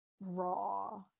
raw